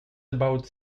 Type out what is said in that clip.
about